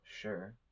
sure